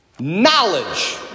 Knowledge